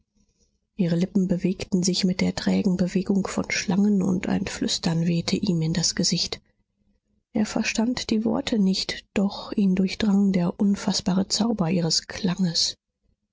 ihre lippen bewegten sich mit der trägen bewegung von schlangen und ein flüstern wehte ihm in das gesicht er verstand die worte nicht doch ihn durchdrang der unfaßbare zauber ihres klanges